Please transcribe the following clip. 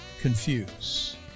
confuse